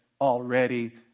already